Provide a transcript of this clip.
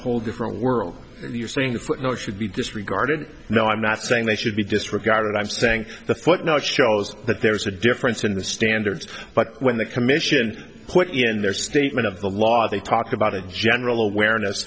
whole different world you're saying a footnote should be disregarded now i'm not saying they should be disregarded i'm saying the footnote shows that there's a difference in the standards but when the commission put in their statement of the law they talk about a general awareness